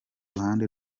ruhande